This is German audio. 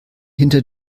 hinter